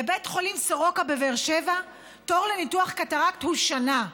בבית החולים סורוקה בבאר שבע תור לניתוח קטרקט הוא שנה.